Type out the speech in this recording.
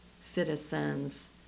citizens